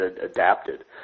adapted